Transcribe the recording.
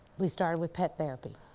we started with pet therapy.